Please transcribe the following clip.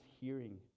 hearing